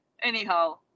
anyhow